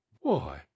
Why